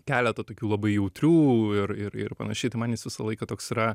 keletą tokių labai jautrių ir ir ir panašiai tai man jis visą laiką toks yra